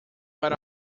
para